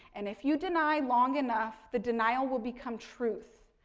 and, if you deny long enough, the denial will become truth.